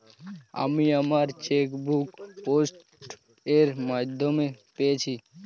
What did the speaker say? আমি আমার chequebook post এর মাধ্যমে পেয়েছি